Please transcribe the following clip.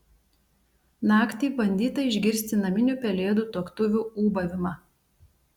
naktį bandyta išgirsti naminių pelėdų tuoktuvių ūbavimą